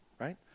right